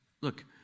Look